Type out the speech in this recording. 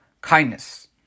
kindness